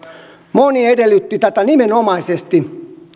moni edellytti tätä nimenomaisesti